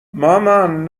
مامان